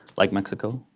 like mexico,